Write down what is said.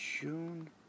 June